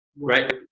right